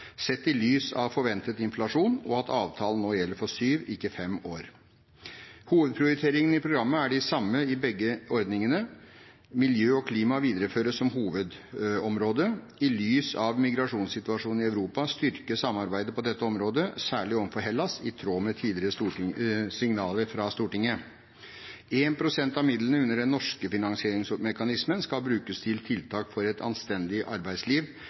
sett i lys av forventet inflasjon og at avtalen nå gjelder for syv år, ikke fem. Hovedprioriteringene i programmet er de samme i begge ordningene. Miljø og klima videreføres som hovedområde. I lys av migrasjonssituasjonen i Europa styrkes samarbeidet på dette området, særlig overfor Hellas, i tråd med tidligere signaler fra Stortinget. 1 pst. av midlene under den norske finansieringsmekanismen skal brukes til tiltak for et anstendig arbeidsliv,